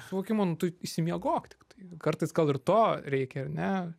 suvokimo nu tu išsimiegok tiktai kartais gal ir to reikia ar ne